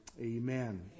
amen